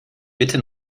bitte